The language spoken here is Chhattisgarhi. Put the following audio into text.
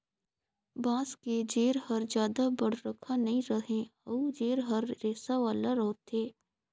बांस के जेर हर जादा बड़रखा नइ रहें अउ जेर हर रेसा वाला होथे